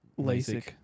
LASIK